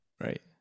right